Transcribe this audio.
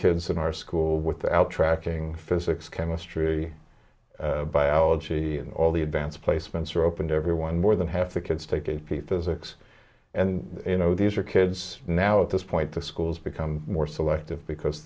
kids in our school without tracking physics chemistry biology and all the advanced placements are open to everyone more than half the kids take a pizza xox and you know these are kids now at this point the schools become more selective because